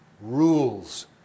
Rules